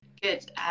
good